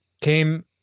came